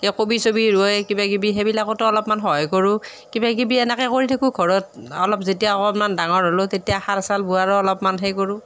কবি চবি ৰোৱে কিবা কিবি সেইবিলাকতো অলপমান সহায় কৰোঁ কিবা কিবি এনেকৈ কৰি থাকোঁ ঘৰত অলপ যেতিয়া অকণমান ডাঙৰ হ'লোঁ তেতিয়া হাল চাল বোৱাৰো অলপমান হেৰি কৰোঁ